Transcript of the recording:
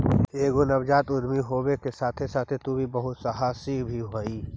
एगो नवजात उद्यमी होबे के साथे साथे तु बहुत सहासी भी हहिं